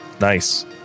Nice